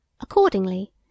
Accordingly